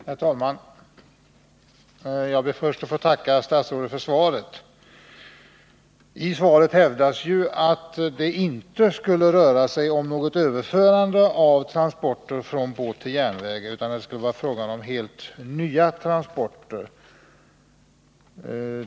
Herr talman! Jag ber först att få tacka statsrådet för svaret på min fråga. I svaret hävdas ju att det inte skulle röra sig om något överförande av transporter från båt till järnväg, utan att det skulle vara fråga om helt nya transporter.